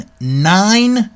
nine